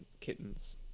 kittens